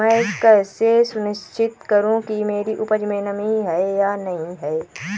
मैं कैसे सुनिश्चित करूँ कि मेरी उपज में नमी है या नहीं है?